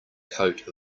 coat